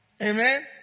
amen